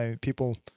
people